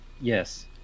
yes